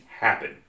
happen